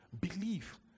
Believe